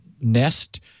Nest